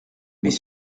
mais